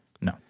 No